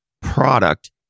product